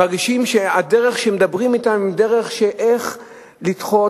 מרגישים שהדרך שמדברים אתם היא דרך של איך לדחות,